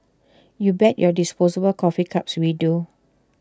you bet your disposable coffee cups we do